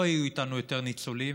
לא יהיו איתנו יותר ניצולים,